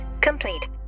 complete